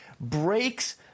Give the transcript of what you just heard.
breaks